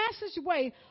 passageway